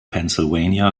pennsylvania